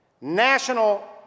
national